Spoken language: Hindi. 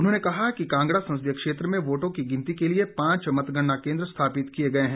उन्होंने कहा कि कांगड़ा संसदीय क्षेत्र में वोटों की गिनती के लिए पांच मतगणना केन्द्र स्थापित किए गए हैं